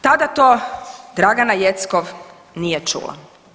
Tada to Dragana Jeckov nije čula.